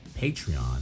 Patreon